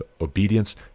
obedience